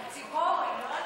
על ציפורי, לא על זה.